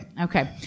Okay